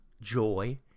joy